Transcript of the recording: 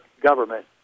government